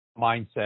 mindset